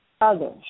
others